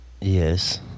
Yes